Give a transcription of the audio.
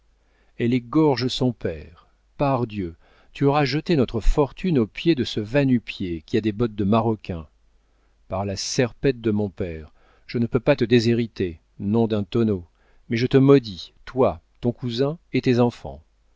elle égorge son père pardieu tu auras jeté notre fortune aux pieds de ce va-nu-pieds qui a des bottes de maroquin par la serpette de mon père je ne peux pas te déshériter nom d'un tonneau mais je te maudis toi ton cousin et tes enfants